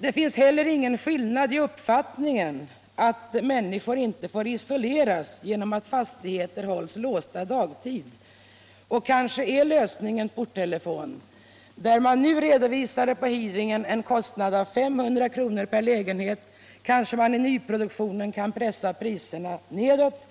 Det råder heller ingen skillnad i uppfattningen att människor inte får isoleras genom att fastigheterna hålls låsta dagtid. Kanske är här porttelefonen lösningen. Den vid hearingen redovisade kostnaden på 500 kr. per lägenhet kanske man vid nyproduktionen kan pressa nedåt